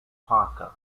parker